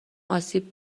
آسیب